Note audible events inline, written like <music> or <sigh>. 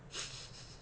<laughs>